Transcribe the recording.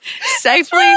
Safely